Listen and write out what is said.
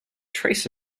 trace